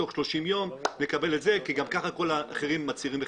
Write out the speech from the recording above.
לקבל תוך 30 ימים כי גם כך כל האחרים מצהירים.